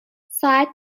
ساعت